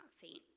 faint